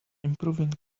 improving